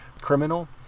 criminal